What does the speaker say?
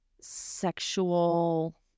sexual